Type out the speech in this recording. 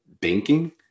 banking